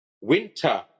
Winter